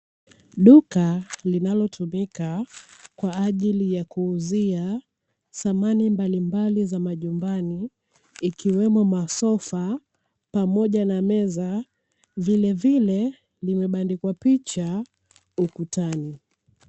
Duka linalotumika kwa ajili ya kuuzia samani mbalimbali za majumbani ikiwemo masofa pamoja na meza; vilevile vimebandikwa picha ukutani.